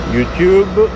Youtube